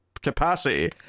capacity